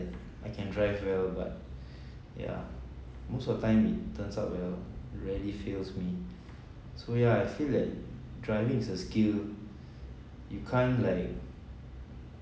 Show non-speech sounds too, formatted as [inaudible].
I can drive well but [breath] yeah most of the time it turns out well rarely fails me so ya I feel that driving as a skill you can't like